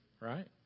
Right